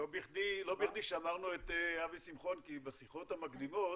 לא בכדי שמרנו את אבי שמחון כי בשיחות המקדימות